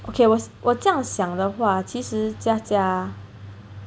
okay 我我这样想的话其实 Jia Jia